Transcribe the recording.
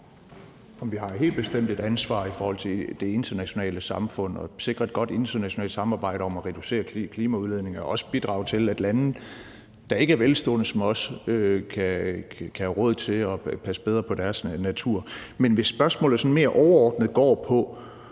Vi har helt bestemt et ansvar i forhold til det internationale samfund for at sikre et godt internationalt samarbejde om at reducere klimaudledning og også bidrage til, at lande, der ikke er velstående som os, kan have råd til at passe bedre på deres natur. Men hvis spørgsmålet sådan mere overordnet går på,